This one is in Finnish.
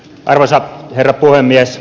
arvoisa herra puhemies